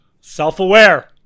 Self-aware